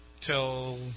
Till